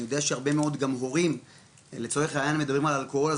אני יודע שהרבה מאוד גם הורים לצורך העניין אם מדברים על אלכוהול,